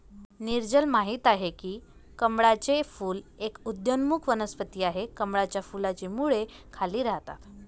नीरजल माहित आहे की कमळाचे फूल एक उदयोन्मुख वनस्पती आहे, कमळाच्या फुलाची मुळे खाली राहतात